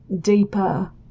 deeper